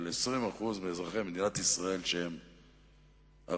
20% מאזרחי מדינת ישראל שהם ערבים,